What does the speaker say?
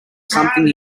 something